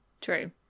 True